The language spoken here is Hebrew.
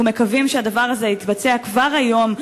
אנחנו מקווים שהדבר הזה יתבצע כבר היום,